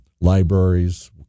libraries